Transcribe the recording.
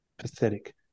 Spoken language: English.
Pathetic